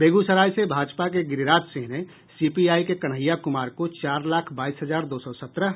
बेगूसराय से भाजपा के गिरिराज सिंह ने सीपीआई के कन्हैया कुमार को चार लाख बाईस हजार दो सौ सत्रह